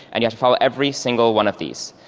and so for every single one of these.